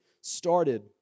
started